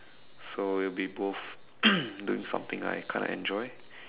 so will be both doing something I kind of enjoy